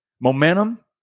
momentum